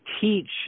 teach